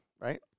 right